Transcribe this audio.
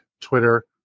Twitter